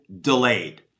delayed